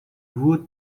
would